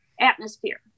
atmosphere